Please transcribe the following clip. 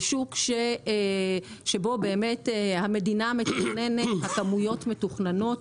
זה שוק שבו באמת המדינה מתכננת, הכמויות מתוכננות,